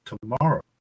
tomorrow